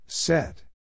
Set